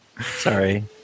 Sorry